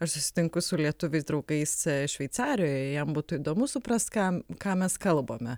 aš susitinku su lietuviais draugais šveicarijoje jam būtų įdomu suprast ką ką mes kalbame